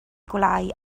gwelyau